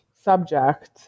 subject